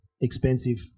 Expensive